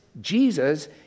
Jesus